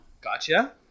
Gotcha